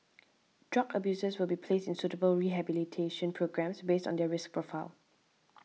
drug abusers will be placed in suitable rehabilitation programmes based on their risk profile